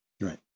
Right